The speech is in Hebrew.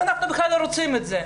אנחנו בכלל לא רוצים את זה.